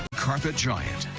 carpet giant.